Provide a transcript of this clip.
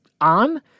on